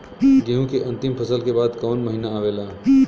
गेहूँ के अंतिम फसल के बाद कवन महीना आवेला?